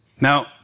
Now